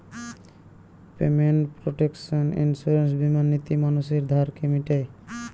payment protection insurance বীমা নীতি মানুষের ধারকে মিটায়